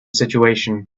situation